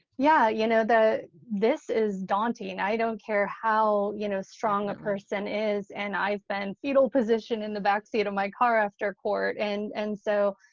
yeah. you know this is daunting. i don't care how you know strong a person is. and i've been fetal position in the backseat of my car after court. and and so,